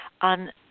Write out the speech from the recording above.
on